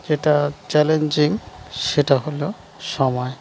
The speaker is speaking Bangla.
যেটা চ্যালেঞ্জিং সেটা হলো সময়